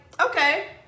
okay